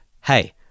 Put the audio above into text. hey